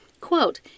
Quote